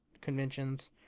conventions